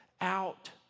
out